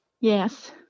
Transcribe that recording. Yes